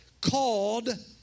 called